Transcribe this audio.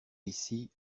ici